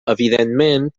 evidentment